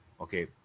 okay